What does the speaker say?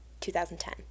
2010